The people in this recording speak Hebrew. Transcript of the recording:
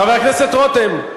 חבר הכנסת בר-און,